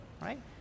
right